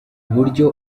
buryo